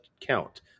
count